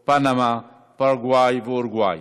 פנמה, פרגוואי ואורוגואי.